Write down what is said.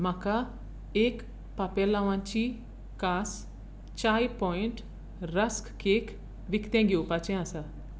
म्हाका एक पापेलांवाची कास चाय पॉयंट रस्क केक विकतें घेवपाचे आसा